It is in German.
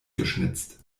geschnitzt